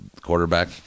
quarterback